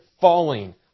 falling